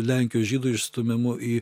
lenkijos žydų išstūmimu į